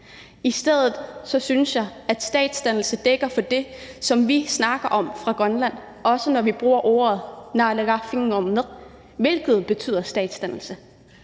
i stedet synes jeg, at statsdannelse dækker det, som vi snakker om fra Grønlands side, også når vi bruger ordet naalagaaffinngornissaq, hvilket betyder statsdannelse.